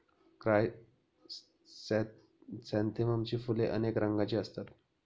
क्रायसॅन्थेममची फुले अनेक रंगांची असतात